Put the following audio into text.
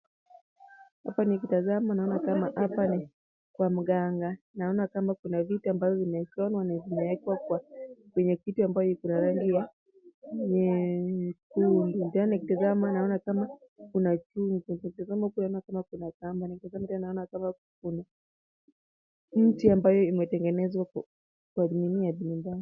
Hapa nikitazama naona kama hapa ni kwa mganga. Naona kama kuna vitu ambazo zimeekanwa na zimeekwa kwa kwenye kitu iko na rangi ya nyekundu. Ndani nikitazama naona kwamba chungu. Kuna uwezekano kwamba kuna kamba. Nikitazama tena naona kama kuna mti ambaye imetengenezwa kwa